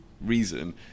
reason